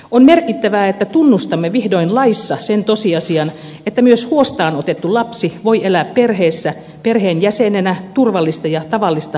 on merkittävää että tunnustamme vihdoin laissa sen tosiasian että myös huostaan otettu lapsi voi elää perheessä perheenjäsenenä turvallista ja tavallista lapsen elämää